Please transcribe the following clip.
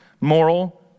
moral